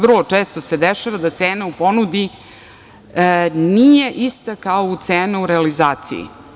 Vrlo često se dešava da cena u ponudi nije ista kao cena u realizaciji.